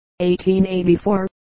1884